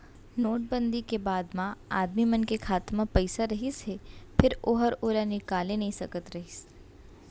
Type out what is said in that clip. note बंदी के बाद म आदमी मन के खाता म पइसा रहिस हे फेर ओहर ओला निकाले नइ सकत रहिस